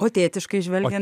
o tėtiškai žvelgiant